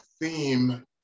theme